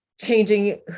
changing